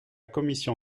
commission